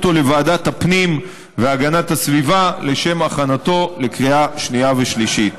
לוועדת הפנים והגנת הסביבה לשם הכנתו לקריאה שנייה ושלישית.